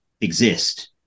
exist